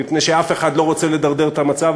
מפני שאף אחד לא רוצה לדרדר את המצב,